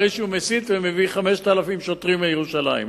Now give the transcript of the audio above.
אחרי שהוא מסית ומביא 5,000 שוטרים לירושלים.